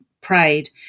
prayed